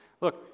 Look